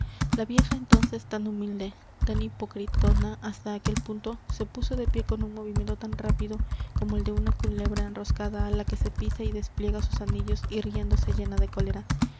la vieja entonces tan humilde tan hipocritona hasta aquel punto se puso de pie con un movimiento tan rápido como el de una culebra enroscada á la que se pisa y despliega sus anillos irguiéndose llena de cólera